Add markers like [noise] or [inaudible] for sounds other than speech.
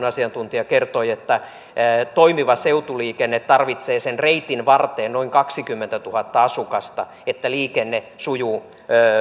[unintelligible] asiantuntija kertoi että toimiva seutuliikenne tarvitsee sen reitin varteen noin kaksikymmentätuhatta asukasta että liikenne sujuu